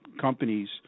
companies